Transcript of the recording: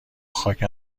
خاک